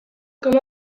com